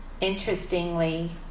Interestingly